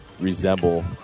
resemble